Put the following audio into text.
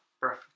Breath